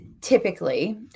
typically